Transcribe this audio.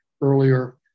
earlier